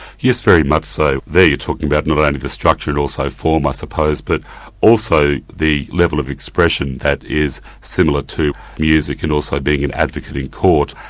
yes, very much so. there you're talking about not only the structure and also form, i suppose, but also the level of expression that is similar to music music and also being an advocate in court.